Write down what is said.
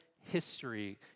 history